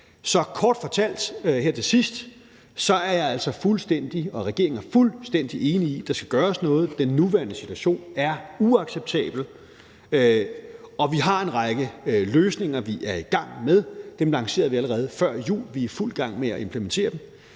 Så kort fortalt her til sidst er jeg og regeringen altså fuldstændig enige i, at der skal gøres noget. Den nuværende situation er uacceptabel. Vi har en række løsninger, vi er i gang med at sætte i værk. Dem lancerede vi allerede før jul, og vi er i fuld gang med at implementere dem.